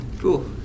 Cool